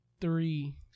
three